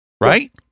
Right